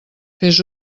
fes